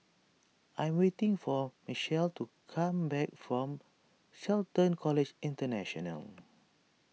I am waiting for Mychal to come back from Shelton College International